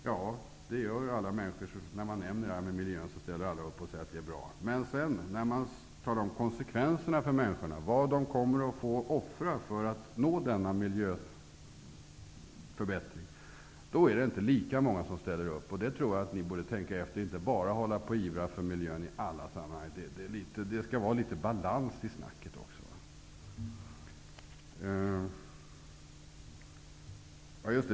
Ja, det gör alla människor när man talar om miljön. Men när man talar om konsekvenserna för människorna, vad de kommer att få offra för att nå denna miljöförbättring, då är det inte lika många som ställer sig bakom miljökraven. Det tror jag att ni borde tänka på och inte bara hålla på att ivra för miljön i alla sammanhang. Det skall vara litet balans i snacket också.